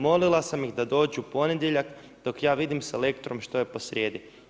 Molila sam ih da dođu u ponedjeljak dok ja vidim s Elektrom što je posrijedi.